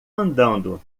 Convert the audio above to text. andando